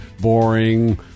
boring